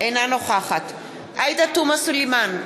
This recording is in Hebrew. אינה נוכחת עאידה תומא סלימאן,